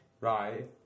Right